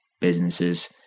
businesses